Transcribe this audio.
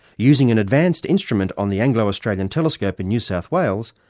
using an advanced instrument on the anglo-australian telescope in new south wales,